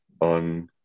on